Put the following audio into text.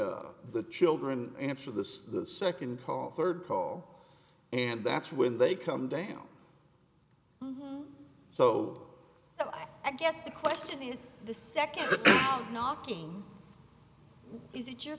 the children answer this the second call third call and that's when they come down so i guess the question is the second knocking is it your